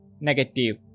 negative